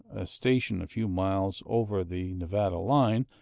a station a few miles over the nevada line,